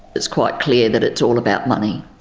it's quite clear that it's all about money.